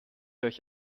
euch